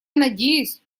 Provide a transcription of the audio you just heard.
надеюсь